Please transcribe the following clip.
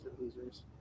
losers